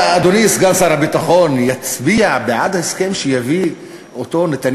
אדוני סגן שר הביטחון יצביע בעד ההסכם שיביא נתניהו,